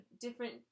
different